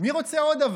מי רוצה עוד?